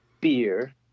beer